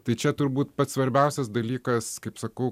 tai čia turbūt pats svarbiausias dalykas kaip sakau